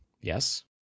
yes